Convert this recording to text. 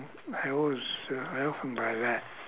I always uh I often buy that